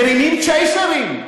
מרימים צ'ייסרים,